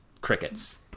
crickets